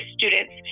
students